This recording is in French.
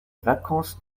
vacances